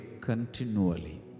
continually